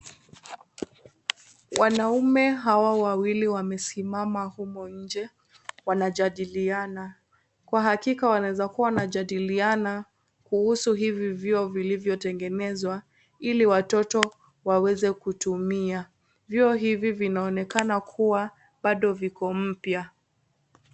Wanaume hawa wawili wamesimama humo nje, wanajadiliana kwa hakika wanaweza kuwa wanajadiliana kuhusu hivi vyoo vilivyo tengenezwa hili watoto waweze kutumia .Vyoo hivi vinaonekana kuwa bado viko mpya.